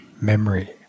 memory